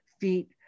feet